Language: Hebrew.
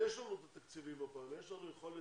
ויש לנו את התקציבים, יש לנו יכולת,